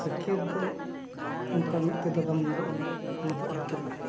ᱥᱟᱹᱠᱤᱭᱟᱹᱛ ᱫᱚ ᱚᱱᱠᱟ ᱢᱮᱫ ᱛᱮᱫᱚ ᱵᱟᱝ ᱧᱮᱞᱚᱜᱼᱟ ᱚᱱᱟ ᱫᱚ ᱟᱹᱭᱠᱟᱹᱜᱼᱟ